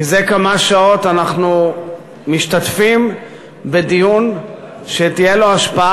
מזה כמה שעות אנחנו משתתפים בדיון שתהיה לו השפעה